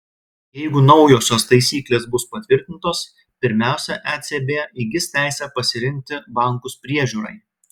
jeigu naujosios taisyklės bus patvirtintos pirmiausia ecb įgis teisę pasirinkti bankus priežiūrai